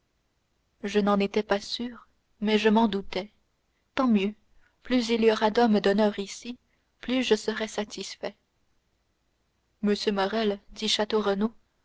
je n'en étais pas sûr mais je m'en doutais tant mieux plus il y aura d'hommes d'honneur ici plus je serai satisfait